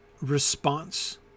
response